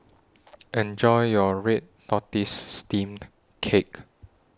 Enjoy your Red Tortoise Steamed Cake